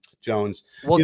Jones